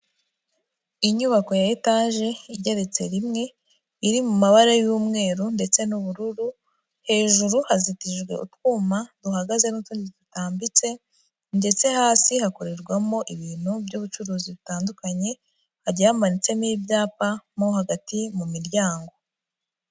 Inyubako ya etaje, igeretse rimwe, iri mu mabara y'umweru ndetse n'ubururu, hejuru hazitijwe utwuma duhagaze n'utundi dutambitse ndetse hasi hakorerwamo ibintu by'ubucuruzi bitandukanye, hagiye hamanitsemo ibyapa mo hagati mu miryango.